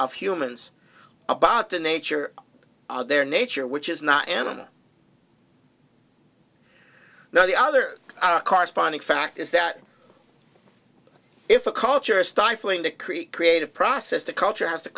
of humans about the nature of their nature which is not an animal not the other corresponding fact is that if a culture is stifling to create creative process the culture has to